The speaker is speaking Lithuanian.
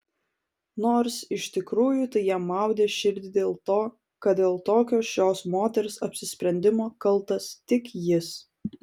nors iš tikrųjų tai jam maudė širdį dėl to kad dėl tokio šios moters apsisprendimo kaltas tik jis